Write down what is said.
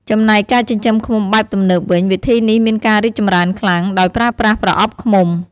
ចំណែកការចិញ្ចឹមឃ្មុំបែបទំនើបវិញ វិធីនេះមានការរីកចម្រើនខ្លាំង ដោយប្រើប្រាស់ប្រអប់ឃ្មុំ។